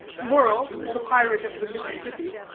murrel, the pirate of the mississippi,